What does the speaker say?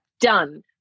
done